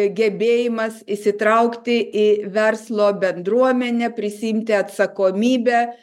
gebėjimas įsitraukti į verslo bendruomenę prisiimti atsakomybę